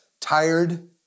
tired